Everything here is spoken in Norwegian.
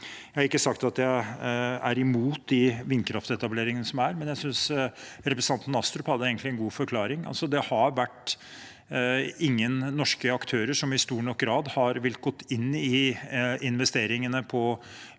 Jeg har ikke sagt at jeg er imot de vindkraftetableringene som er. Jeg synes egentlig representanten Astrup hadde en god forklaring. Det har ikke vært noen norske aktører som i stor nok grad har villet gå inn i investeringene på vindkraftsiden,